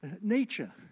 nature